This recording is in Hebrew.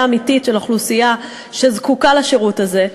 אמיתית של אוכלוסייה שזקוקה לשירות הזה.